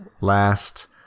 last